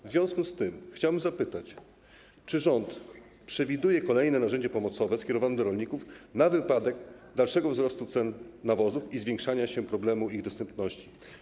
W związku z tym chciałbym zapytać: Czy rząd przewiduje kolejne narzędzie pomocowe skierowane do rolników na wypadek dalszego wzrostu cen nawozów i zwiększania się problemu ich dostępności?